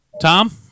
Tom